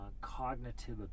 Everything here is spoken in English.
cognitive